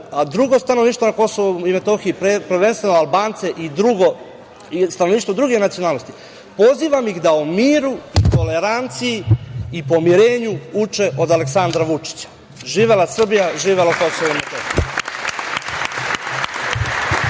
drugo stanovništvo na KiM, prvenstveno Albance i stanovništvo druge nacionalnosti. Pozivam ih da u miru i toleranciji i pomirenju uče od Aleksandra Vučića. Živela Srbija, živelo KiM!